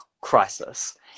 crisis